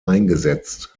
eingesetzt